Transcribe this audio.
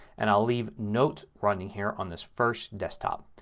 and i'll leave notes running here on this first desktop.